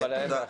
תודה.